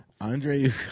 Andre